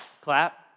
clap